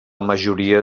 majoria